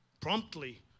promptly